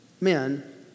men